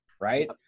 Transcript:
right